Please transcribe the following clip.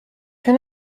can